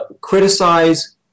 criticize